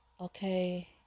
Okay